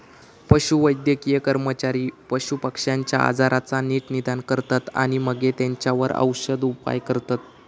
पशुवैद्यकीय कर्मचारी पशुपक्ष्यांच्या आजाराचा नीट निदान करतत आणि मगे तेंच्यावर औषदउपाय करतत